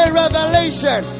revelation